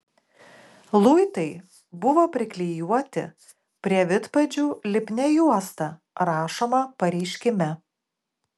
luitai buvo priklijuoti prie vidpadžių lipnia juosta rašoma pareiškime